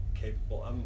capable